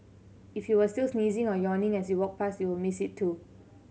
if you were still sneezing or yawning as you walked past you will miss it too